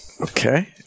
Okay